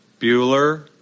Bueller